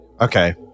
Okay